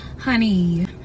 Honey